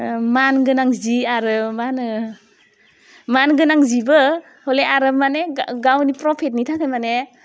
मान गोनां जि आरो मा होनो मान गोनां जिबो हले आरो माने गा गावनि प्रफिटनि थाखाय माने